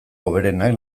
hoberenak